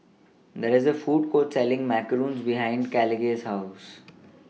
There IS A Food Court Selling Macarons behind Caleigh's House